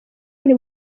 buri